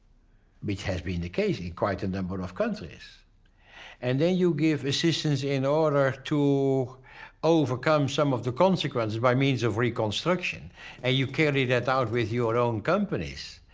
which has been the case in quite a number of countries and then you give assistance in order to overcome some of the consequences by means of reconstruction and you carry that out with your own companies,